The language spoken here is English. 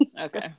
okay